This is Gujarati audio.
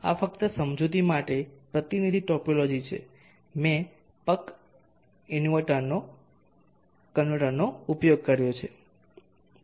આ ફક્ત સમજૂતી માટે પ્રતિનિધિ ટોપોલોજી છે મેં પક કન્વર્ટરનો ઉપયોગ કર્યો છે